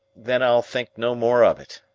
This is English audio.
then i'll think no more of it,